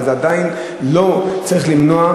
אבל זה עדיין לא צריך למנוע,